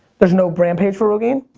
there's no brand page for rogaine?